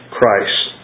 Christ